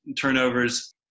turnovers